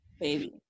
baby